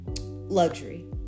luxury